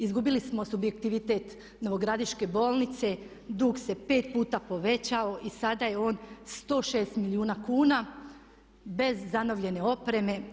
Izgubili smo subjektivitet Novogradiške bolnice, dug se 5 puta povećao i sada je on 106 milijuna kuna, bez zanovljene opreme.